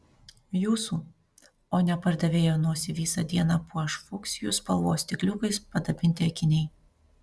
jūsų o ne pardavėjo nosį visą dieną puoš fuksijų spalvos stikliukais padabinti akiniai